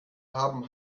haben